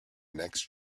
next